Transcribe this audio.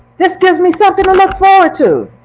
this gives me something to look forward to.